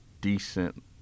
decent